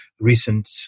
recent